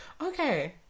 okay